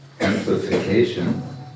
amplification